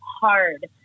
hard –